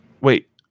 Wait